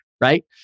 right